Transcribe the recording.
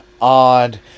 odd